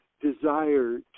desire